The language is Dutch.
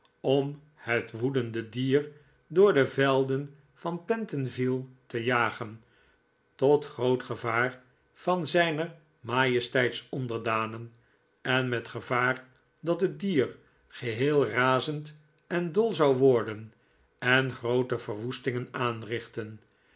om het woedende dier door de velden van pentonville te jagen tot groot gevaar van zijner majesteits onderdanen en met gevaar dat het dier geheel razend en dol zou worden en groote verwoestingen aanrichten